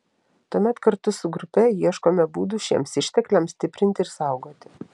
tuomet kartu su grupe ieškome būdų šiems ištekliams stiprinti ir saugoti